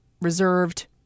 Reserved